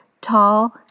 tall